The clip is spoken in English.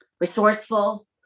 resourceful